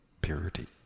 purity